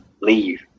leave